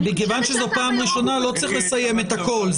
מכיוון שזאת פעם ראשונה, לא צריך לסיים את הכול.